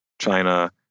China